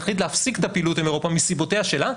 תחליט להפסיק את הפעילות עם אירופה מסיבותיה שלה,